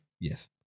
Yes